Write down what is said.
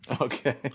Okay